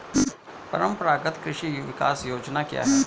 परंपरागत कृषि विकास योजना क्या है?